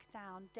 down